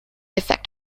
effect